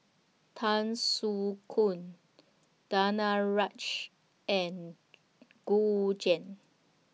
Tan Soo Khoon Danaraj and Gu Juan